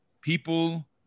people